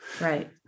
Right